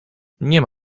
nie